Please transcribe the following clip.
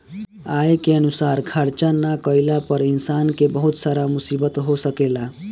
आय के अनुसार खर्चा ना कईला पर इंसान के बहुत सारा मुसीबत हो सकेला